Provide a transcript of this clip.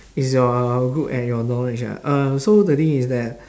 is your good at your knowledge ah uh so the thing is that